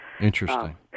Interesting